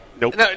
Nope